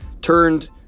turned